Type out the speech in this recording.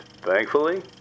Thankfully